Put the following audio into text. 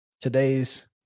today's